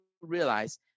realize